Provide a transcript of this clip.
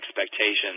expectations